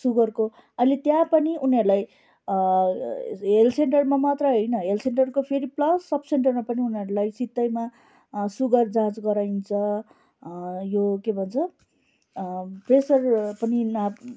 सुगरको अनि त्यहाँ पनि उनीहरूलाई हेल्थ सेन्टरमा मात्रै होइन हेल्थ सेन्टरको फेरि प्लस सब सेन्टरमा पनि उनीहरूलाई सित्तैमा सुगर जाँच गराइन्छ यो के भन्छ प्रेसर पनि नाप